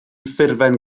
ffurflen